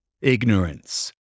ignorance